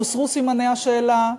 יוסרו סימני השאלה,